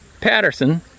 Patterson